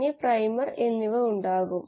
നിങ്ങൾ ഇവിടെ ഇതിൻറെ ശക്തി ഇപ്പോൾ കാണുന്നു